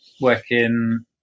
working